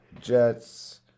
Jets